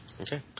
Okay